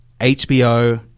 HBO